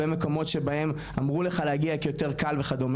במקומות שבהם אמרו לך להגיע כי יותר קל וכו',